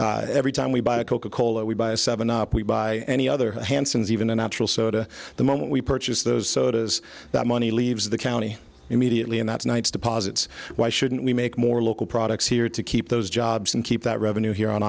maui every time we buy a coca cola we buy a seven up we buy any other hansen's even a natural soda the moment we purchase those sodas that money leaves the county immediately and that's nights deposits why shouldn't we make more local products here to keep those jobs and keep that revenue here on